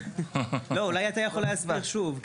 לא, אולי אתה יכול להסביר שוב.